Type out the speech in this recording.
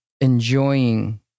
enjoying